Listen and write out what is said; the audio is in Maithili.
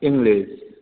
इंग्लिश